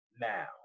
now